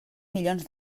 milions